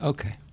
Okay